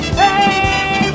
hey